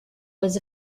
was